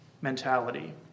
mentality